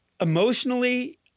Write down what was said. Emotionally